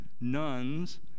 nuns